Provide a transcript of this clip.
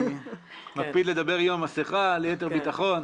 אני מקפיד לדבר עם המסכה ליתר ביטחון.